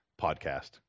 podcast